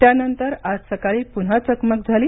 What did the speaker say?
त्यानंतर आज सकाळी पुन्हा चकमक झाली